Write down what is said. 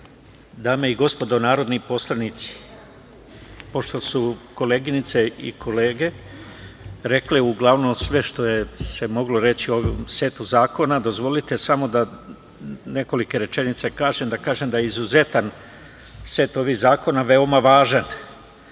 dame i gospodo narodni poslanici, pošto su koleginice i kolege rekle uglavnom sve što se moglo reći o ovom setu zakona dozvolite samo da nekoliko rečenica kažem, da kažem da je izuzetan set ovih zakona veoma važan